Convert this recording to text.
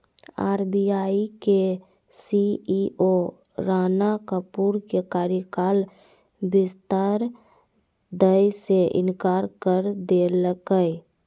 RBI के CEO Rana Kapoor के कार्यकाल विस्तार दय से इंकार कर देलकय